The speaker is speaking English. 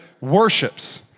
worships